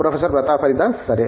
professor Pratap Haridas సరే